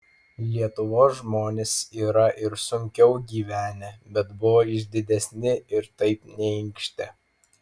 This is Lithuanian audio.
lietuvos žmonės yra ir sunkiau gyvenę bet buvo išdidesni ir taip neinkštė